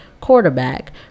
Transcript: quarterback